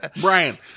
Brian